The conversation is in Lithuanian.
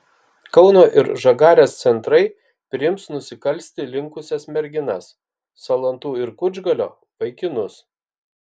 kauno ir žagarės centrai priims nusikalsti linkusias merginas salantų ir kučgalio vaikinus